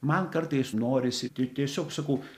man kartais norisi ti tiesiog sakau